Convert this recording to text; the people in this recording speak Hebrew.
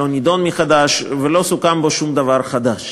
לא נדון מחדש ולא סוכם בו שום דבר חדש.